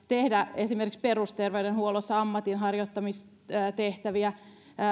tehdä esimerkiksi perusterveydenhuollossa ammatinharjoittamistehtäviä